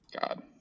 God